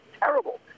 terrible